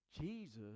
Jesus